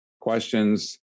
questions